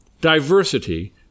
Diversity